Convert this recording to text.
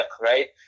right